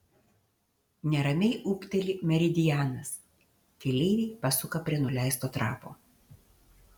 neramiai ūkteli meridianas keleiviai pasuka prie nuleisto trapo